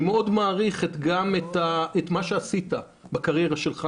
ואני מאוד מעריך את מה שעשית בקריירה שלך,